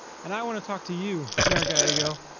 and i want to talk to you, mayor gallego,